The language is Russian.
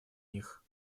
них